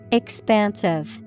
expansive